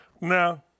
no